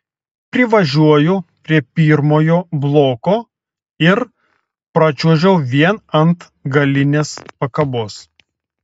privažiuoju prie pirmojo bloko ir pračiuožiu vien ant galinės pakabos